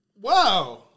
Wow